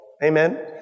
Amen